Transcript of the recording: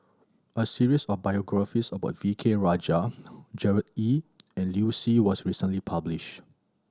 a series of biographies about V K Rajah Gerard Ee and Liu Si was recently published